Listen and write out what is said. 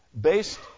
based